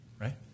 right